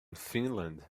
finland